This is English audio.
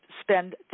spend